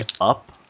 up